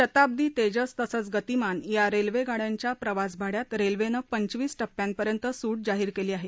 शताब्दी तेजस तसंच गतिमान या रेल्वे गाड्यांच्या प्रवास भाड्यात रेल्वेनं पंचवीस टप्प्यांपर्यंत सुट जाहीर केली आहे